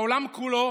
העולם כולו,